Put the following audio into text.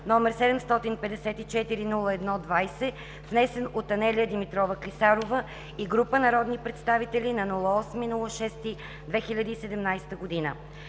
№ 754-01-20, внесен от Анелия Димитрова Клисарова и група народни представители на 8 юни 2017 г.;